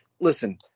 listen